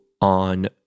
on